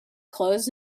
closed